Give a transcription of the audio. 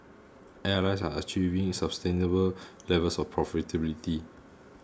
airlines are achieving sustainable levels of profitability